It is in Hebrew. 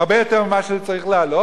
הרבה יותר גבוה ממה שזה צריך לעלות,